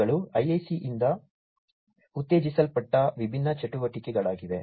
ಇವುಗಳು IIC ಯಿಂದ ಉತ್ತೇಜಿಸಲ್ಪಟ್ಟ ವಿಭಿನ್ನ ಚಟುವಟಿಕೆಗಳಾಗಿವೆ